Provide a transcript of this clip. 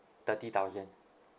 thirty thousand